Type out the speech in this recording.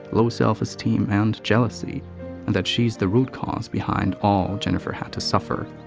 low self-esteem and jealousy and that she's the root cause behind all jennifer had to suffer.